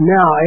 Now